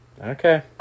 Okay